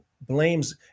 blames